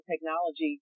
technology